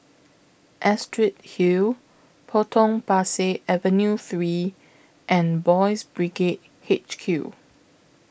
Astrid Hill Potong Pasir Avenue three and Boys Brigade H Q